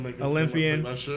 Olympian